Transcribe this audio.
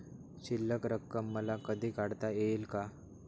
शिल्लक रक्कम मला कधी काढता येईल का?